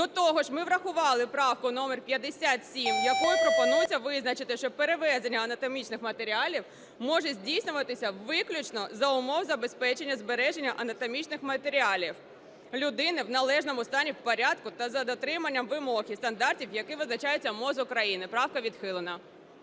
До того ж ми врахували правку номер 57, якою пропонується визначити, що перевезення анатомічних матеріалів може здійснюватися виключно за умов забезпечення збереження анатомічних матеріалів людини в належному стані, в порядку та за дотримання вимог і стандартів, які визначаються МОЗ України. Правка відхилена.